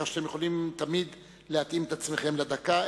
כך שאתם תמיד יכולים להתאים את עצמכם לדקה,